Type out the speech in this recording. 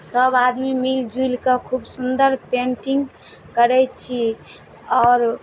सब आदमी मिल जुइल कऽ खूब सुन्दर पेन्टिंग करै छी और